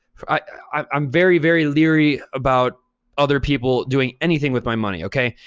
i'm very, very leery about other people doing anything with my money, okay?